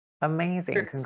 Amazing